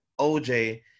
OJ –